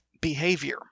behavior